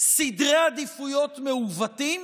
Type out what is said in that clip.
סדרי עדיפויות מעוותים